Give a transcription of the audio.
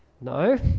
No